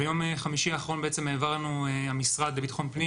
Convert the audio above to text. ביום חמישי האחרון המשרד לביטחון פנים